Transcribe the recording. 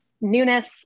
newness